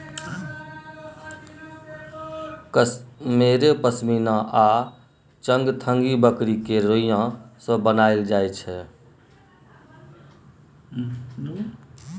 कश्मेरे पश्मिना आ चंगथंगी बकरी केर रोइयाँ सँ बनाएल जाइ छै